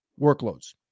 workloads